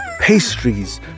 pastries